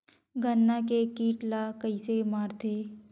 गन्ना के कीट ला कइसे मारथे?